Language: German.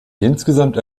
insgesamt